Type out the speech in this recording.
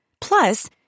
Plus